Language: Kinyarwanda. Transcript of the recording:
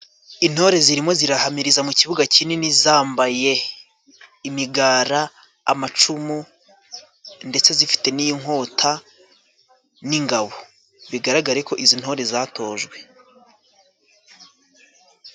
Intore zirimo zirahamiriza mu kibuga kinini zambaye :imigara ,amacumu ,ndetse zifite n'inkota, n'ingabo ,bigaragare ko izi ntore zatojwe.